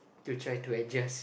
to try to adjust